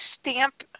stamp